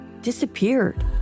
disappeared